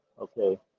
Okay